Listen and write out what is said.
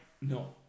No